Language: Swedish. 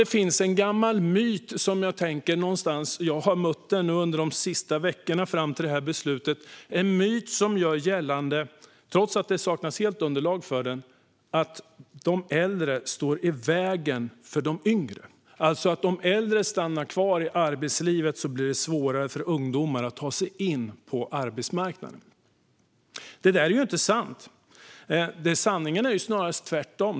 Det finns en gammal myt - jag har mött den under de senaste veckorna fram till dagens beslut - som gör gällande, trots att det saknas underlag för den, att de äldre står i vägen för de yngre, det vill säga att om de äldre stannar kvar i arbetslivet blir det svårare för ungdomar att ta sig in på arbetsmarknaden. Det är inte sant. Sanningen är snarare tvärtom.